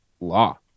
law